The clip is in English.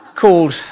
called